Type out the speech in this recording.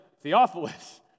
Theophilus